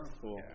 Cool